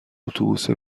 اتوبوسه